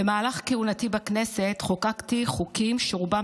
במהלך כהונתי בכנסת חוקקתי חוקים שרובם